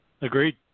Agreed